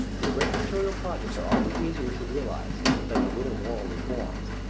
the great material projects are often easier to realize than the little moral reforms.